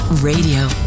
Radio